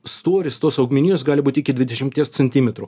storis tos augmenijos gali būti iki dvidešimties centimetrų